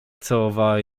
całowała